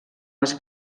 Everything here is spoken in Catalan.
les